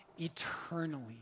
eternally